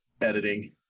editing